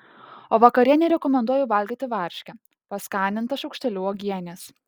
o vakarienei rekomenduoju valgyti varškę paskanintą šaukšteliu uogienės